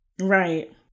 Right